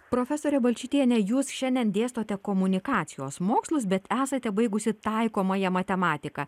profesore balčytiene jūs šiandien dėstote komunikacijos mokslus bet esate baigusi taikomąją matematiką